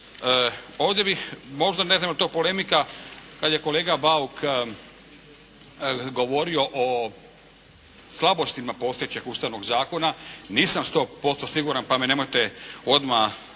Ovdje bih, možda …/Govornik se ne razumije./… kad je kolega Bauk govorio o slabostima postojećeg Ustavnog zakona. Nisam 100% siguran, pa me nemojte odmah